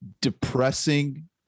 depressing